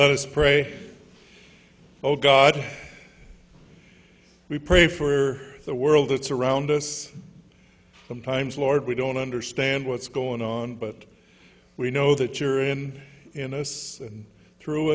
let us pray oh god we pray for the world it's around us sometimes lord we don't understand what's going on but we know that you're in and through